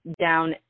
down